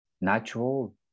Natural